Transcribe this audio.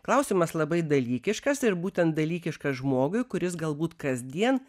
klausimas labai dalykiškas ir būtent dalykiškas žmogui kuris galbūt kasdien